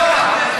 לא,